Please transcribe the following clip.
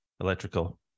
electrical